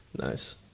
Nice